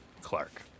Clark